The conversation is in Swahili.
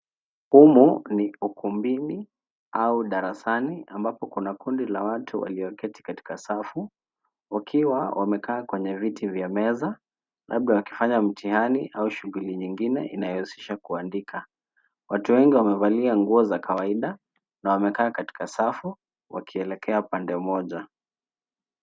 Humu ni ukumbini au darasani ambapo kuna kundi la watu walioketi katika safu wakiwa wamekaa kwenye viti vya meza, labda wakifanya mtihani au shughuli nyingine inayohusisha kuandika. Watu wengi wamevalia nguo za kawaida na wamekaa katika safu wakielekea pande moja.